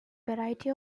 variety